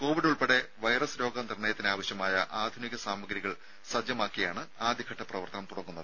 Covid ഉൾപ്പെടെ virus രോഗ നിർണ്ണയത്തിന് ആവശ്യമായ ആധുനിക സാമഗ്രികൾ സജ്ജമാക്കിയാണ് ആദ്യഘട്ട പ്രവർത്തനം തുടങ്ങുന്നത്